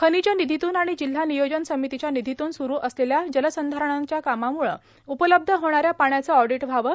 खनिज निधीतून आणि जिल्हा नियोजन समितीच्या निधीतून स्रु असलेल्या जलसंधारणांच्या कामांम्ळं उपलब्ध होणाऱ्या पाण्याचं ऑडिट व्हावं